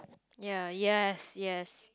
ya yes yes